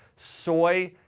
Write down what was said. soy,